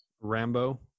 Rambo